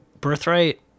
Birthright